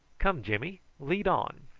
come, jimmy, lead on.